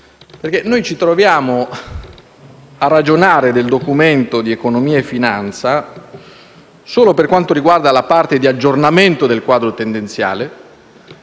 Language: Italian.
curioso. Noi ci troviamo a ragionare del Documento di economia e finanza solo per quanto riguarda la parte di aggiornamento del quadro tendenziale,